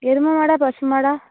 எருமை மாடா பசு மாடா